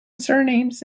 surnames